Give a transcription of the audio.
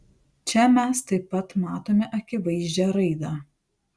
čia mes taip pat matome akivaizdžią raidą